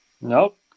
Nope